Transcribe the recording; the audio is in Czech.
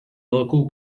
velkou